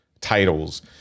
titles